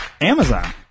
Amazon